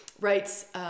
writes